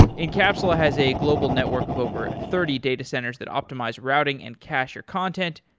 encapsula has a global network of over thirty data centers that optimize routing and cacher content.